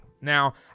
Now